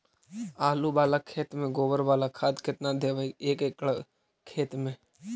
आलु बाला खेत मे गोबर बाला खाद केतना देबै एक एकड़ खेत में?